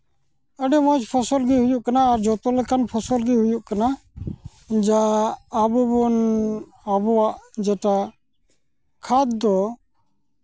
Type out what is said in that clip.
ᱟᱹᱰᱤ ᱢᱚᱡᱽ ᱯᱷᱚᱥᱚᱞ ᱜᱮ ᱦᱩᱭᱩᱜ ᱠᱟᱱᱟ ᱟᱨ ᱡᱚᱛᱚ ᱞᱮᱠᱟᱱ ᱯᱷᱚᱥᱚᱞ ᱜᱮ ᱦᱩᱭᱩᱜ ᱠᱟᱱᱟ ᱡᱟ ᱟᱵᱚ ᱵᱚᱱ ᱟᱵᱚᱣᱟᱜ ᱡᱮᱴᱟ ᱠᱷᱟᱫᱽᱫᱚ